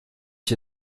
ich